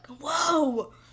whoa